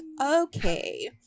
Okay